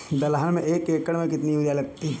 दलहन में एक एकण में कितनी यूरिया लगती है?